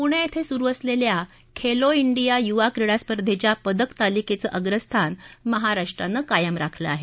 पुणे इथं सुरू असलेल्या खेलो इंडिया युवा क्रीडा स्पर्धेच्या पदकतालिकेच अग्रस्थान महाराष्ट्रानं कायम राखलं आहे